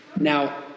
Now